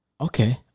Okay